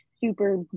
super